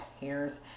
hairs